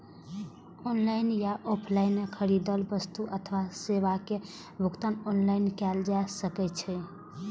online या offline खरीदल वस्तु अथवा सेवा के भुगतान ऑनलाइन कैल जा सकैछ